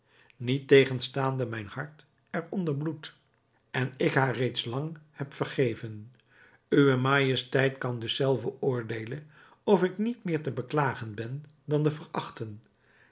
niettegenstaande mijn hart er onder bloedt en ik haar reeds lang heb vergeven uwe majesteit kan dus zelve oordeelen of ik niet meer te beklagen ben dan te verachten